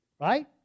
Right